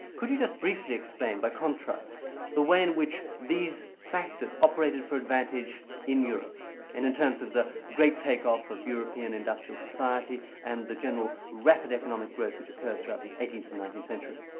could you just briefly explain by contrast the way in which these factors operated for advantage in europe and in terms of the great take-off of european industrial society, and the general rapid economic growth which occurred throughout the and eighteenth and nineteenth century.